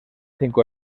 cinco